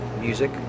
music